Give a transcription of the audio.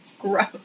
gross